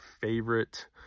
favorite